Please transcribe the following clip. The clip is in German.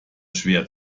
schwer